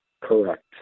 Correct